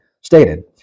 stated